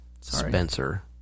Spencer